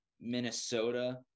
Minnesota